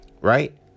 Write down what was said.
Right